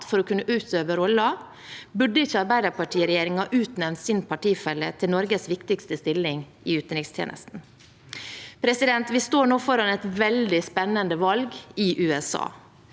for å kunne utøve rollen, burde ikke arbeiderpartiregjeringen utnevnt sin partifelle til Norges viktigste stilling i utenrikstjenesten. Vi står nå foran et veldig spennende valg i USA.